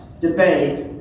debate